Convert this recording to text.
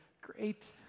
great